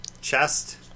chest